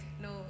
no